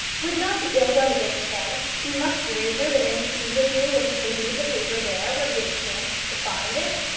would not the ill done against him be much greater than any he would do were he to leave the paper there where he had chanced to find it?